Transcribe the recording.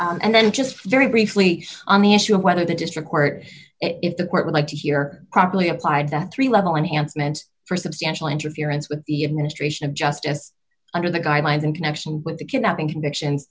just very briefly on the issue of whether the district court if the court would like to hear properly applied the three level enhancement for substantial interference with the ministration of justice under the guidelines in connection with the kidnapping convictions